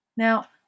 Now